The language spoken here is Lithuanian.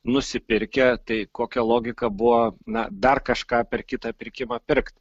nusipirkę tai kokia logika buvo na dar kažką per kitą pirkimą pirkt